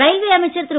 railway அமைச்சர் திரு